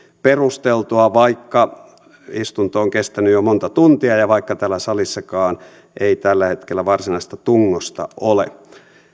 perusteltua vaikka istunto on kestänyt jo monta tuntia ja vaikka täällä salissakaan ei tällä hetkellä varsinaista tungosta ole